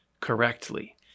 correctly